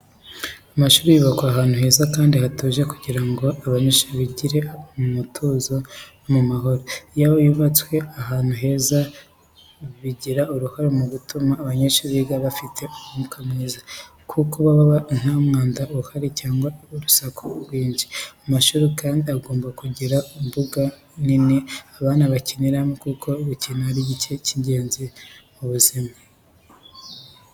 Amashuri yubakwa ahantu heza kandi hatuje kugira ngo abanyeshuri bigire mu ituze no mu mahoro. Iyo yubatswe ahantu heza, bigira uruhare mu gutuma abanyeshuri biga bafite umwuka mwiza, kuko haba nta mwanda uhari cyangwa urusaku rwinshi. Amashuri kandi agomba kugira imbuga nini abana bakiniramo, kuko gukina ari igice cy'ingenzi mu burezi.